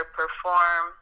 perform